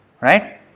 Right